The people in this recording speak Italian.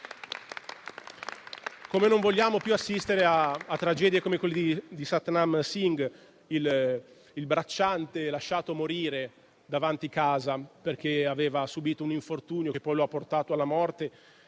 Non vogliamo nemmeno più assistere a tragedie come quella di Satnam Singh, il bracciante lasciato morire davanti casa, dopo aver subìto l'infortunio che poi lo ha portato alla morte,